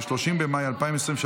30 במאי 2023,